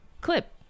clip